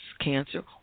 cancer